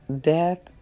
death